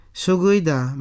suguida